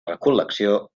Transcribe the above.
recol·lecció